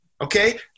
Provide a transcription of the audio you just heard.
Okay